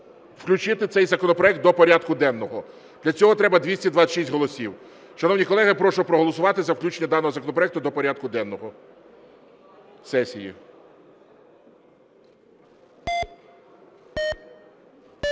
включити цей законопроект до порядку денного, для цього треба 226 голосів. Шановні колеги, прошу проголосувати за включення даного законопроекту до порядку денного сесії.